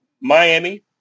Miami